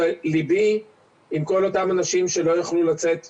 וליבי עם כל אותם אנשים שלא יוכלו לצאת ולעבוד.